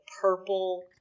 purple